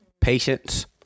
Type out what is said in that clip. Patience